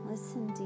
Listen